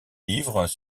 livres